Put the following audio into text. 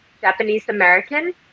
Japanese-American